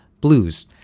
Blues